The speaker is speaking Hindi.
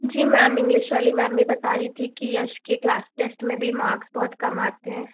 जी मैम इंग्लिश वाली मैम भी बता रही थी कि यश के क्लास टेस्ट में भी मार्क्स बहुत कम आते हैं